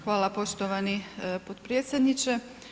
Hvala poštovani potpredsjedniče.